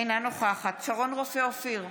אינה נוכחת שרון רופא אופיר,